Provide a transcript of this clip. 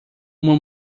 uma